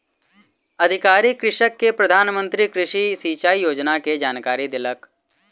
अधिकारी कृषक के प्रधान मंत्री कृषि सिचाई योजना के जानकारी देलक